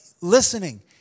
listening